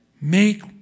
Make